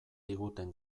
diguten